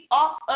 off